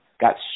got